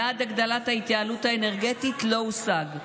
יעד ההתייעלות האנרגטית לא הושג,